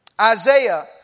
Isaiah